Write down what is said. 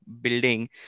building